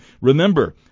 Remember